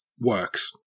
works